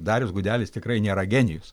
darius gudelis tikrai nėra genijus